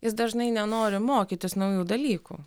jis dažnai nenori mokytis naujų dalykų